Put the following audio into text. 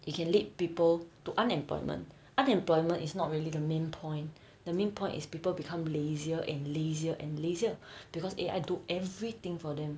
it can lead people to unemployment unemployment is not really the main point the main point is people become lazier and lazier and lazier because A_I do everything for them